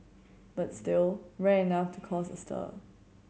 but still rare enough to cause a stir